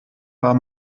war